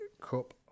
Cup